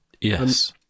yes